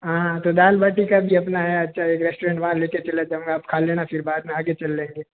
हाँ तो दाल बाटी का भी अपना है अच्छा एक रेस्टोरेंट वहाँ ले चला जाऊँगा आप खा लेना फिर बाद आगे चलेंगे